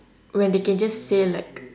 when they can just say like